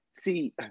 see